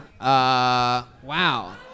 Wow